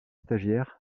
stagiaires